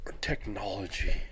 technology